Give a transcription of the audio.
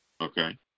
Okay